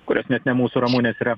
kurios net ne mūsų ramunės yra